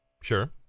Sure